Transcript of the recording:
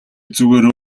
зүгээр